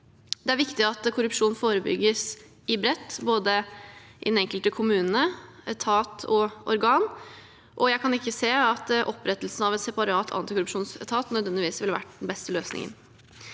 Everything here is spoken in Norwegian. Det er viktig at korrupsjon forebygges bredt, både i den enkelte kommune, etat og det enkelte organ. Jeg kan ikke se at opprettelsen av en separat antikorrupsjonsetat nødvendigvis ville vært den beste løsningen.